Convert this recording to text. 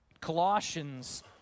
Colossians